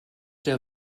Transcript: der